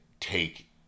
take